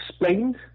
explained